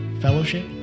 fellowship